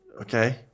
okay